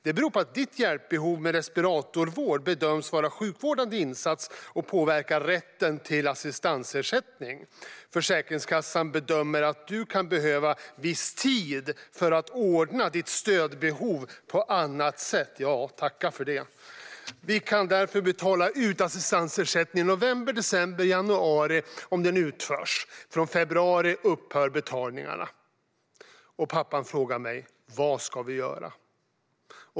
Det beror på att ditt hjälpbehov med respiratorvård bedöms vara sjukvårdande insats och påverkar rätten till assistansersättning. Försäkringskassan bedömer att du kan behöva viss tid för att ordna ditt stödbehov på annat sätt - ja, tacka för det - och vi kan därför betala ut assistansersättningen i november, december och januari om den utförs. Från februari upphör betalningarna. Pappan frågar mig vad de ska göra.